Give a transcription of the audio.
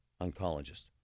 oncologist